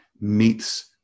meets